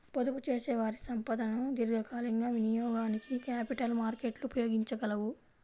పొదుపుచేసేవారి సంపదను దీర్ఘకాలికంగా వినియోగానికి క్యాపిటల్ మార్కెట్లు ఉపయోగించగలవు